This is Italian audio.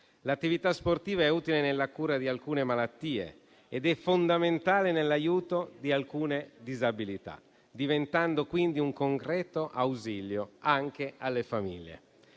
L'attività sportiva è utile nella cura di alcune malattie ed è fondamentale nell'aiuto di alcune disabilità, diventando, quindi, un concreto ausilio anche alle famiglie.